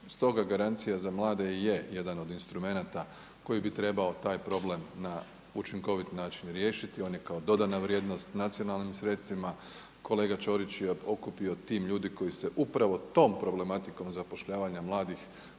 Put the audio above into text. Stoga garancija za mlade i je jedan od instrumenata koji bi trebao taj problem na učinkovit način riješiti, on je kao dodana vrijednost nacionalnim sredstvima. Kolega Ćorić je okupio tim ljudi koji se upravo tom problematikom zapošljavanja mladih